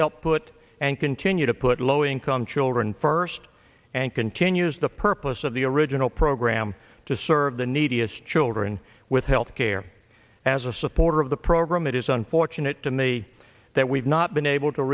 help put and continue to put low income children first and continues the purpose of the original program to serve the neediest children with health care as a supporter of the program it is unfortunate to me that we've not been able to